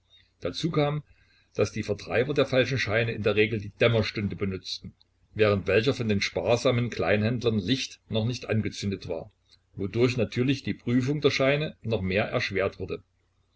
dazu kam daß die vertreiber der falschen scheine in der regel die dämmerstunde benutzten während welcher von den sparsamen kleinhändlern licht noch nicht angezündet war wodurch natürlich die prüfung der scheine noch mehr erschwert wurde